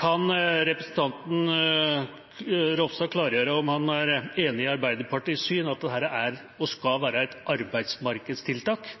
Kan representanten Ropstad klargjøre om han er enig i Arbeiderpartiets syn, at dette er og skal være et arbeidsmarkedstiltak,